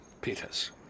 Peters